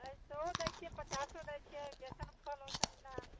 सएओ दै छियै पचासो दै छियै जैसन फल ओइसन दाम